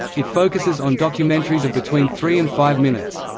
it focuses on documentaries of between three and five minutes.